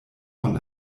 von